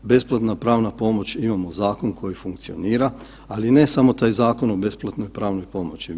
Besplatna pravna pomoć, imamo zakon koji funkcionira, ali ne samo taj Zakon o besplatnoj pravnoj pomoći.